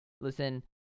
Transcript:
listen